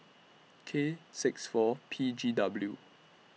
K six four P G W